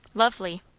lovely!